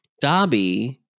Dobby